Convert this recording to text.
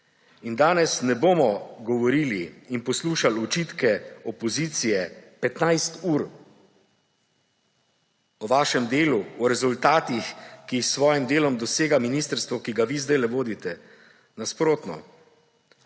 Danes ne bomo govorili in poslušali očitkov opozicije 15 ur o vašem delu, o rezultatih, ki jih s svojim delom dosega ministrstvo, ki ga vi zdajle vodite. Nasprotno,